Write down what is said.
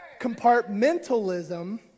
Compartmentalism